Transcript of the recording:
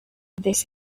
this